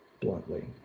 bluntly